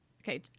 Okay